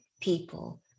people